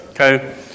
Okay